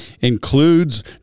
includes